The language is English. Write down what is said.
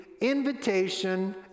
invitation